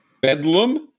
bedlam